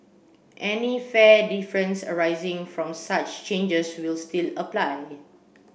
any fare difference arising from such changes will still apply